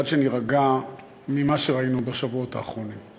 עד שנירגע ממה שראינו בשבועות האחרונים.